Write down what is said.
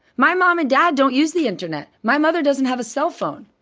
my mom and dad don't use the internet. my mother doesn't have a cell phone.